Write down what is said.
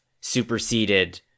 superseded